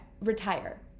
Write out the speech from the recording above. retire